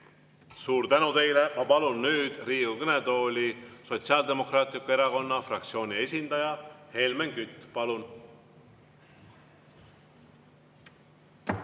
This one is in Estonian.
Suur tänu teile! Ma palun nüüd Riigikogu kõnetooli Sotsiaaldemokraatliku Erakonna fraktsiooni esindaja Helmen Küti. Palun!